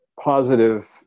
positive